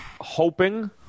hoping